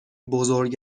بزرگ